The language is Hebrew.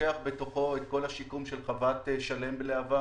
שלוקח בתוכו את כל השיקום של חוות שלם לשעבר.